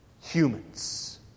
humans